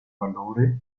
valore